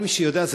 כל מי שיודע,